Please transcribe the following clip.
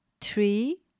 three